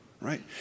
right